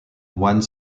one